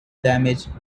damage